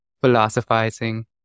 philosophizing